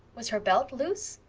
was her belt loose?